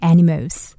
Animals